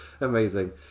Amazing